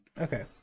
okay